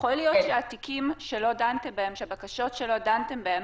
יכול להיות שהבקשות שלא דנתם בהן